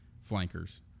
flankers